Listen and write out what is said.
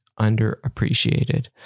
underappreciated